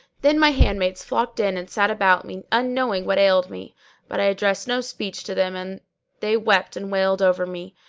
then my handmaids flocked in and sat about me, unknowing what ailed me but i addressed no speech to them, and they wept and wailed over me.